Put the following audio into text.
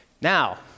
Now